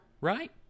right